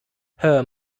her